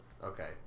Okay